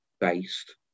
based